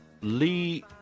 Lee